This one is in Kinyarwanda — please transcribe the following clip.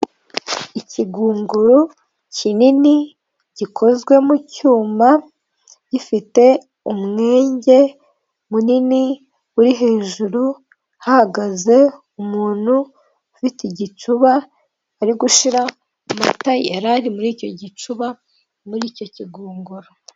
Ikigunguru kinini gikozwe mu cyuma, gifite umwenge munini uri hejuru, hahagaze umuntu ufite igicuba ari gushyira amata yari ari muri icyo gicuba muri icyo kigunguru.